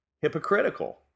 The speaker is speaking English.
hypocritical